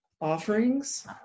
offerings